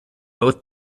both